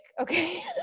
okay